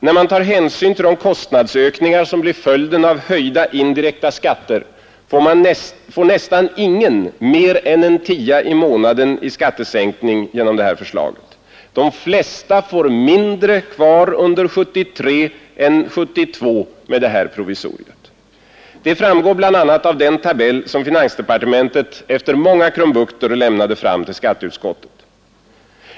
När man tar hänsyn till de kostnadsökningar som blir följden av höjda indirekta skatter får nästan ingen mer än en tia i månaden i skattesänkning genom förslaget. De flesta får mindre kvar under 1973 än 1972 med det här provisoriet. Det framgår bl.a. av den tabell som finansdepartementet efter många krumbukter lämnade till skatteutskottet.